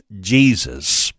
Jesus